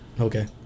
Okay